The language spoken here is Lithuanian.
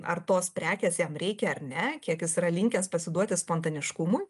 ar tos prekės jam reikia ar ne kiek jis yra linkęs pasiduoti spontaniškumui